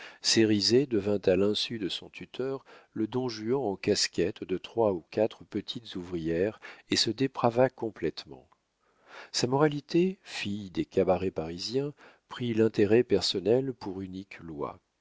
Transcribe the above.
cérizet devint à l'insu de son tuteur le don juan en casquette de trois ou quatre petites ouvrières et se déprava complétement sa moralité fille des cabarets parisiens prit l'intérêt personnel pour unique loi